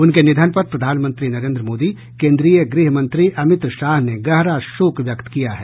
उनके निधन पर प्रधानमंत्री नरेन्द्र मोदी केन्द्रीय गृहमंत्री अमित शाह ने गहरा शोक व्यक्त किया है